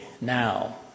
now